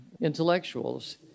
intellectuals